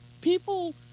People